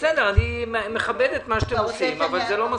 אני מכבד את מה שאתם עושים, אבל זה לא מספיק.